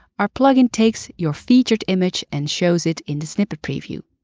our plugin takes your featured image and shows it in the snippet preview.